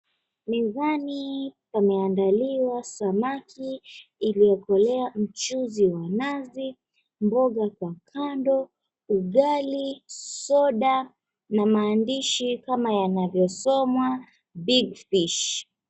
Mezani kumeandaliwa samaki iliokolea mchuzi wa nazi, mboga kwa kando, ugali, soda na maandishi kama yanavyosomwa, Big Fish.